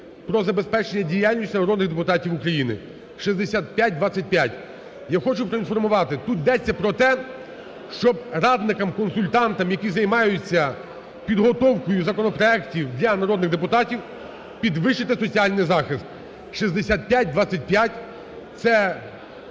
"Про забезпечення діяльності народних депутатів України" (6525). Я хочу проінформувати. Тут йдеться про те, щоб радникам-консультантам, які займаються підготовкою законопроектів для народних депутатів, підвищити соціальний захист (6525), це